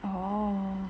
oh